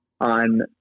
on